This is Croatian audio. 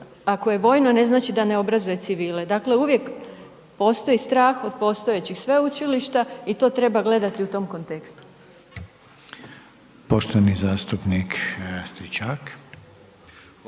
Ako je vojno ne znači da ne obrazuje civile, dakle uvijek postoji strah od postojećih sveučilišta i to treba gledati u tom kontekstu. **Reiner, Željko